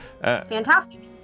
Fantastic